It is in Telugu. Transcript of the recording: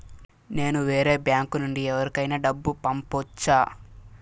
నేను వేరే బ్యాంకు నుండి ఎవరికైనా డబ్బు పంపొచ్చా?